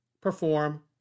perform